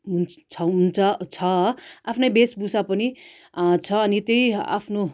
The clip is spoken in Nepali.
हुन्छ छ हुन्छ छ आफ्नै भेषभूषा पनि छ अनि त्यही